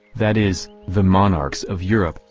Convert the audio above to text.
that is, the monarchs of europe,